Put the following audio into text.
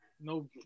no